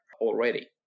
already